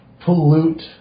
pollute